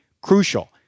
crucial